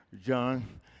John